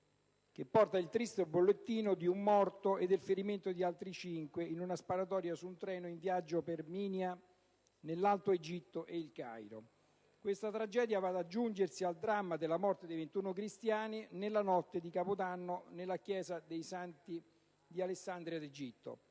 che porta il triste bollettino di un morto e del ferimento di altri cinque in una sparatoria su un treno in viaggio tra Al Minya, nell'alto Egitto, e Il Cairo. Questa tragedia va ad aggiungersi al dramma della morte di 21 cristiani nella notte di Capodanno nella chiesa dei Santi di Alessandria d'Egitto.